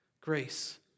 Grace